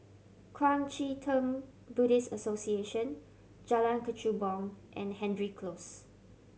Kuang Chee Tng Buddhist Association Jalan Kechubong and Hendry Close